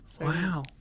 Wow